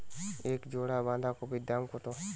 এক জোড়া বাঁধাকপির দাম কত?